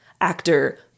actor